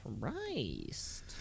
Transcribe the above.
Christ